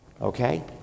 okay